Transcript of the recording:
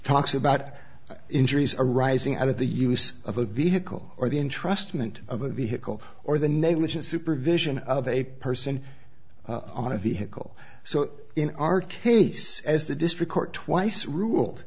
talks about injuries arising out of the use of a vehicle or the entrustment of a vehicle or the negligent supervision of a person on a vehicle so in our case as the district court twice ruled